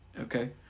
okay